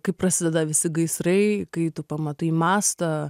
kai prasideda visi gaisrai kai tu pamatai mastą